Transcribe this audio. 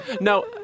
No